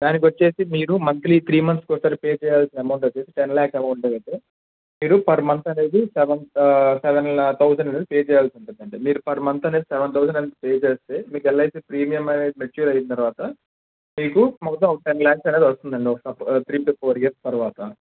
దానికి వచ్చి మీరు మంత్లీ త్రీ మంత్స్కు ఒకసారి పే చేయాల్సిన అమౌంట్ వచ్చి టెన్ ల్యాక్స్ అమౌంట్ ఒకటి మీరు ఫర్ మంత్ అనేది సెవెన్ సెవెన్ థౌసండ్ పే చేయాల్సి ఉంటుందండి మీరు ఫర్ మంత్ అనేది సెవెన్ థౌసండ్ అనేది పే చేస్తే మీకు ఎల్ఐసీ ప్రీమియం అనేది మెచ్యూర్ అయిన తర్వాత మీకు మొత్తం టెన్ ల్యాక్స్ అనేది వస్తుందండి ఒక త్రీ టు ఫోర్ ఇయర్స్ తర్వాత